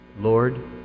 Lord